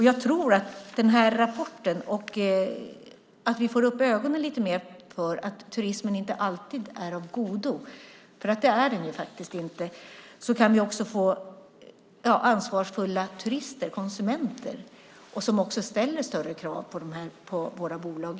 Jag tror att av den här rapporten och att vi får upp ögonen lite mer för att turismen inte alltid är av godo - det är den ju faktiskt inte - kan vi få ansvarsfulla turister, konsumenter, som också ställer större krav på våra bolag.